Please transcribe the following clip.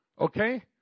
Okay